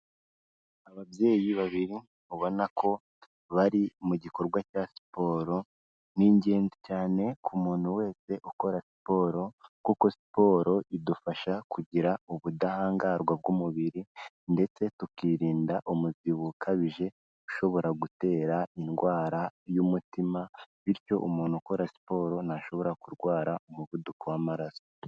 Ababyeyi babiri ubona ko bari mu gikorwa cya siporo. Ni ingenzi cyane ku muntu wese ukora siporo kuko siporo idufasha kugira ubudahangarwa bw'umubiri ndetse tukirinda umubyibuho ukabije ushobora gutera indwara y'umutima, bityo umuntu ukora siporo ntashobora kurwara umuvuduko w'amaraso.